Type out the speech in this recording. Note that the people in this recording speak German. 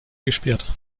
gesperrt